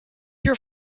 your